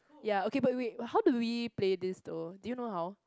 ya okay but wait how do we play this though do you know how